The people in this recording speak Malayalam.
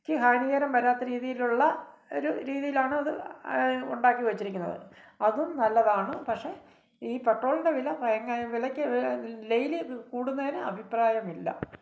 ക്ക് ഹാനികരം വരാത്ത രീതിയിലുള്ള ഒരു രീതിയിലാണത് ഉണ്ടാക്കി വെച്ചിരിക്കുന്നത് അതും നല്ലതാണ് പക്ഷേ ഈ പെട്രോളിന്റെ വില ഭയങ്കര വിലക്ക് ഡെയിലി കൂടുന്നതിൽ അഭിപ്രായമില്ല